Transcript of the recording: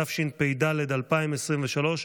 התשפ"ד 2023,